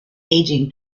aging